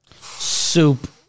Soup